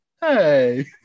hey